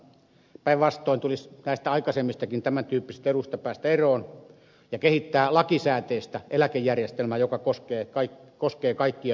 päinvastoin tulisi näistä aikaisemmistakin tämän tyyppisistä eduista päästä eroon ja kehittää lakisääteistä eläkejärjestelmää joka koskee kaikkia suomalaisia